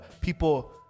people